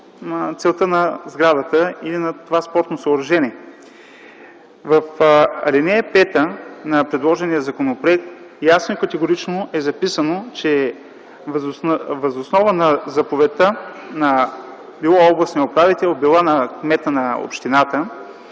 целта на сградата или на това спортно съоръжение. В ал. 5 на предложения законопроект ясно и категорично е записано, че въз основа на заповедта – било на областния управител, било на кмета на общината,